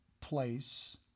place